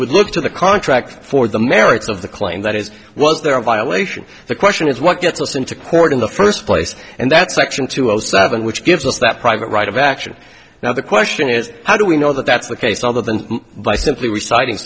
would look to the contract for the merits of the claim that is was there a violation the question is what gets us into court in the first place and that's section two hundred seven which gives us that private right of action now the question is how do we know that that's the case other than by simply reciting